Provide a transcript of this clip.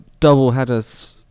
Doubleheaders